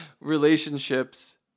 relationships